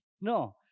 No